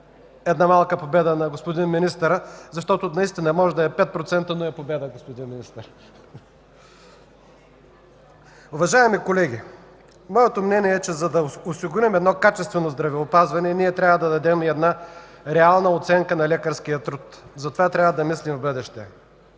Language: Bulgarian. една малка победа на господин министъра, защото наистина може да е 5% , но е победа, господин Министър. Уважаеми колеги, моето мнение е, че за да осигурим качествено здравеопазване, ние трябва да дадем реална оценка на лекарския труд. Затова трябва да мислим за бъдещето.